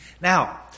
Now